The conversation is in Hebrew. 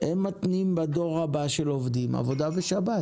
הם מתנים בדור הבא של העובדים עבודה בשבת.